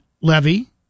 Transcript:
levy